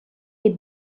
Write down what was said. des